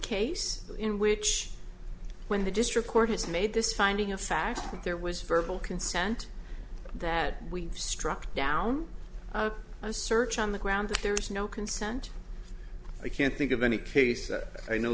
case in which when the district court has made this finding of fact that there was very full consent that we struck down a search on the ground that there is no consent i can't think of any case that i know